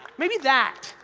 maybe that,